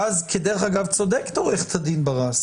ואז צודקת עורכת הדין ברס